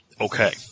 Okay